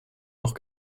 auch